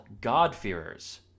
God-fearers